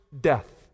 death